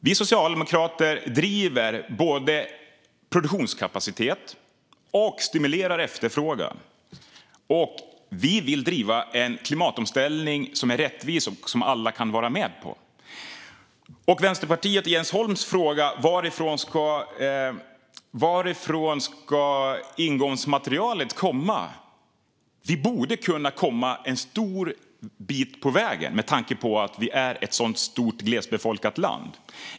Vi socialdemokrater driver både produktionskapacitet och stimulerar efterfrågan. Vi vill driva en klimatomställning som är rättvis och som alla kan vara med på. När det gäller Vänsterpartiets och Jens Holms fråga om varifrån ingångsmaterialet ska komma borde vi kunna komma en lång bit på vägen med tanke på att vi är ett så stort och glesbefolkat land.